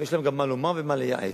יש להם גם מה לומר ומה לייעץ.